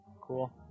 Cool